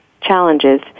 challenges